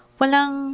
walang